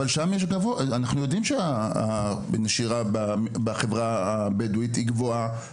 אנחנו יודעים שהנשירה בחברה הבדווית היא גבוהה הרבה יותר.